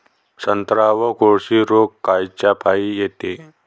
संत्र्यावर कोळशी रोग कायच्यापाई येते?